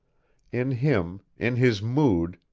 in him, in his mood,